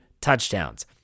touchdowns